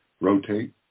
rotate